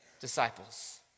disciples